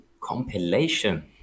compilation